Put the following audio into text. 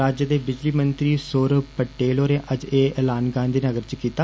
राज्य दे बिजली मंत्री सौरभ पटेल होरें अज्ज एह ऐलान गांधीनगर च कीता